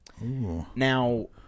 Now